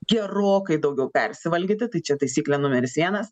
gerokai daugiau persivalgyti tai čia taisyklė numeris vienas